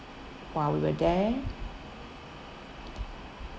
while we were there